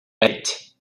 eight